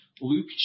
Luke